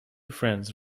friends